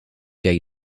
day